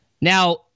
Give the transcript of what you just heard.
Now